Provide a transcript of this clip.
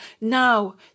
now